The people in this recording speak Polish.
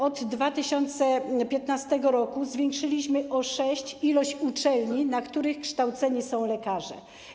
Od 2015 r. zwiększyliśmy o 6 liczbę uczelni, na których kształceni są lekarze.